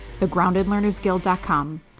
thegroundedlearnersguild.com